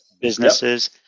businesses